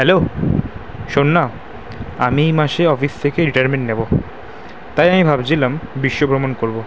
hello শোন না আমি এই মাসে অফিস থেকে রিটায়ারমেন্ট নেব তাই আমি ভাবছিলাম বিশ্ব ভ্রমণ করব